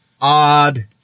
Odd